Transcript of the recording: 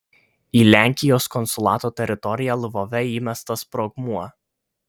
į lenkijos konsulato teritoriją lvove įmestas sprogmuo